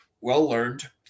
well-learned